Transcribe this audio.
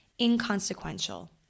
inconsequential